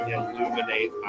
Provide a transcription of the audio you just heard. illuminate